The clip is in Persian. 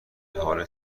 حال